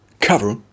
cover